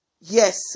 Yes